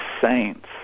saints